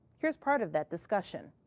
here's part of that discussion.